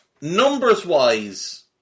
Numbers-wise